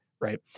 right